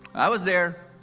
i was there,